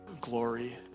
glory